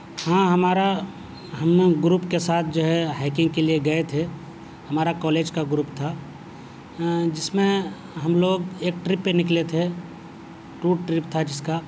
ہاں ہمارا ہم گروپ کے ساتھ جو ہے ہیکنگ کے لیے گئے تھے ہمارا کالج کا گروپ تھا جس میں ہم لوگ ایک ٹرپ پہ نکلے تھے ٹور ٹرپ تھا جس کا